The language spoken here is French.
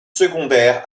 secondaires